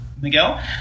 Miguel